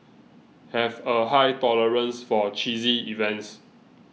have a high tolerance for cheesy events